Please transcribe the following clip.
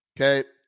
Okay